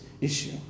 issue